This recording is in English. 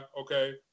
Okay